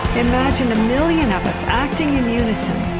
imagine a million of us acting in unison.